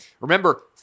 Remember